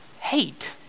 Hate